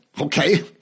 Okay